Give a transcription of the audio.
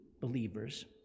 believers